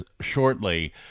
shortly